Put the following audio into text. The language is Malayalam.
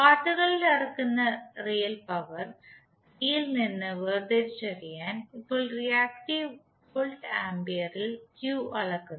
വാട്ടുകളിൽ അളക്കുന്ന റിയൽ പവർ പി യിൽ നിന്ന് വേർതിരിച്ചറിയാൻ ഇപ്പോൾ റിയാക്ടീവ് വോൾട്ടാംപിയറിൽ Q അളക്കുന്നു